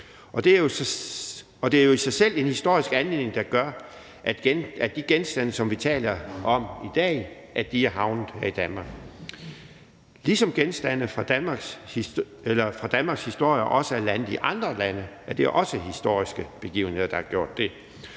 og det er jo i sig selv en historisk anledning, der gør, at de genstande, som vi taler om i dag, er havnet her i Danmark. Når genstande fra Danmarks historie også er landet i andre lande, er det også historiske begivenheder, der har medført det.